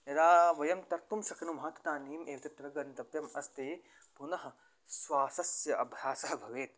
यदा वयं तर्तुं शक्नुमः तदानीम् एकत्र गन्तव्यम् अस्ति पुनः श्वासस्य अभ्यासः भवेत्